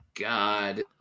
God